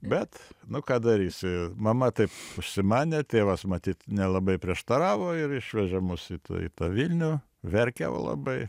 bet nu ką darysi mama taip užsimanė tėvas matyt nelabai prieštaravo ir išvežė mus į tą į tą vilnių verkiau labai